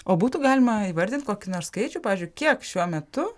o būtų galima įvardint kokį nors skaičių pavyzdžiui kiek šiuo metu